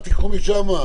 תיקחו משם.